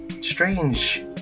strange